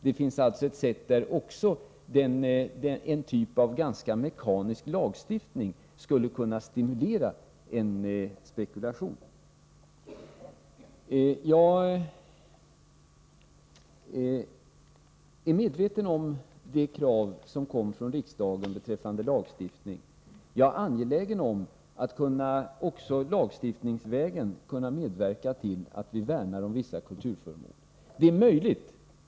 Jag menar alltså att en typ av generell lagstiftning skulle kunna stimulera spekulation. Jag är medveten om det krav som kom från riksdagen beträffande lagstiftning. Och jag är angelägen om att också lagstiftningsvägen kunna medverka till att värna om vissa kulturföremål.